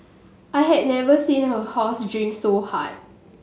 I had never seen a horse drink so hard